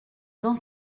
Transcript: dans